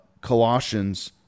Colossians